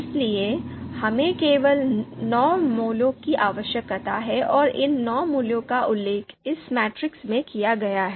इसलिए हमें केवल नौ मूल्यों की आवश्यकता है और इन नौ मूल्यों का उल्लेख इस मैट्रिक्स में किया गया है